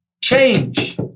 Change